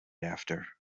after